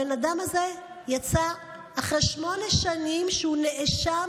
הבן אדם הזה יצא אחרי שמונה שנים שהוא נאשם